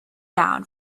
down